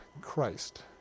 Christ